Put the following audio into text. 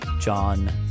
John